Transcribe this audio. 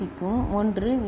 சிக்கும் ஒன்று வி